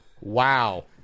Wow